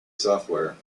software